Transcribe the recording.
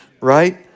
right